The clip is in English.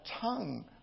tongue